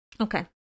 Okay